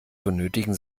benötigen